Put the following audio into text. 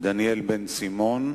דניאל בן-סימון,